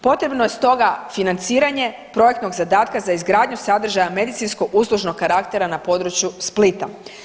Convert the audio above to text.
Potrebno je stoga financiranje projektnog zadatka za izgradnju sadržaja medicinsko uslužnog karaktera na području Splita.